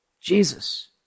Jesus